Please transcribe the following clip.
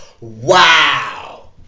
Wow